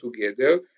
together